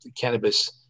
cannabis